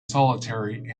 solitary